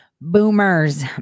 Boomers